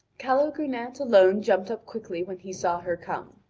calogrenant alone jumped up quickly when he saw her come.